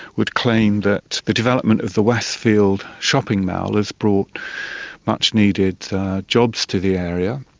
would claim that the development of the westfield shopping mall has brought much needed jobs to the area,